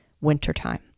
wintertime